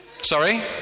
Sorry